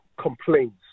complaints